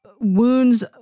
wounds